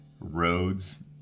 roads